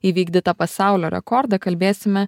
įvykdytą pasaulio rekordą kalbėsime